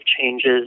changes